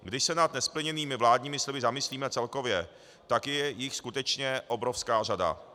Když se nad nesplněnými vládními sliby zamyslíme celkově, tak je jich skutečně obrovská řada.